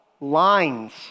lines